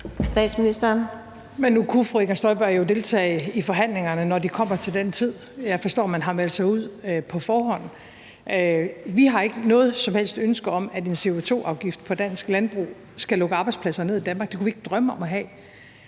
Frederiksen): Men nu kunne fru Inger Støjberg jo deltage i forhandlingerne, når de kommer til den tid; jeg forstår, at man har meldt sig ud på forhånd. Vi har ikke noget som helst ønske om, at en CO2-afgift på dansk landbrug skal lukke arbejdspladser ned i Danmark. Det kunne vi ikke drømme om at have.